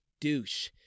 douche